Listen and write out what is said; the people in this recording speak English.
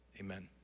Amen